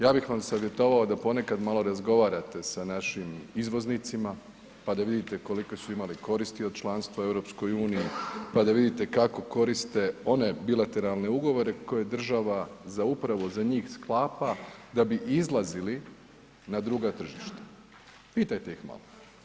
Ja bih vam savjetovao da ponekad malo razgovarate sa našim izvoznicima, pa da vidite kolike su imali koristi od članstva u EU, pa da vidite kako koriste one bilateralne ugovore koje država za upravo za njih sklapa da bi izlazili na druga tržišta, pitajte ih malo.